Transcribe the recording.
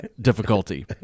difficulty